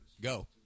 Go